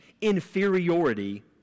inferiority